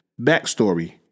Backstory